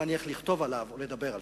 אם אני הולך לכתוב עליו או לדבר עליו.